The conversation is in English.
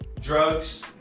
drugs